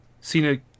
Cena